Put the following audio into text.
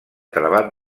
treball